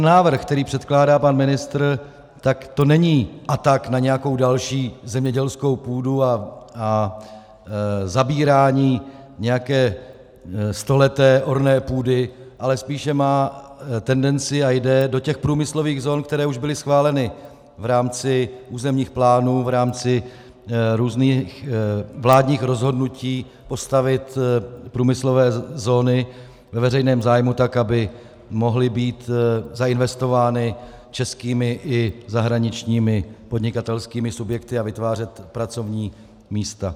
Návrh, který předkládá pan ministr, to není atak na nějakou další zemědělskou půdu a zabírání nějaké stoleté orné půdy, ale spíše má tendenci a jde do těch průmyslových zón, které už byly schváleny v rámci územních plánů, v rámci různých vládních rozhodnutí postavit průmyslové zóny ve veřejném zájmu tak, aby mohly být zainvestovány českými i zahraničními podnikatelskými subjekty a vytvářet pracovní místa.